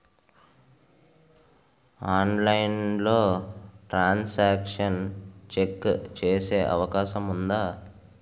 ఆన్లైన్లో transaction check చేసే అవకాశం ఉందా?